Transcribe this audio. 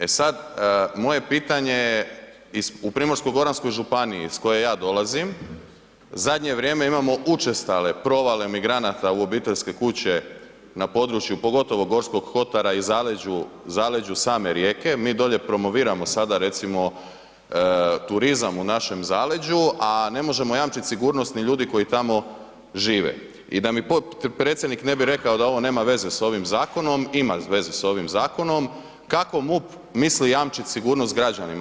E sad, moje pitanje je, u Primorsko-goranskoj županiji iz koje ja dolazim, zadnje vrijeme imamo učestale provale migranata u obiteljske kuće na području, pogotovo Gorskog kotara i zaleđu same Rijeke, mi dolje promoviramo sada recimo turizam u našem zaleđu a ne možemo jamčiti sigurnost ni ljudi koji tamo žive i da mi potpredsjednik ne bi rekao da ovo nema veze sa ovim zakonom, ima veze sa ovim zakonom, kako MUP misli jamčiti sigurnost građanima?